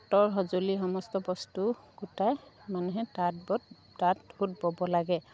তাঁতৰ সঁজুলি সমস্ত বস্তু গোটাই মানুহে তাঁত বত তাঁত সুঁত ব'ব লাগে